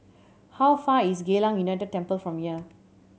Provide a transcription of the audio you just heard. how far away is Geylang United Temple from here